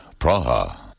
Praha